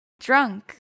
drunk